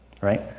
right